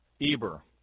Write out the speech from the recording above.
Eber